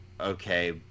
okay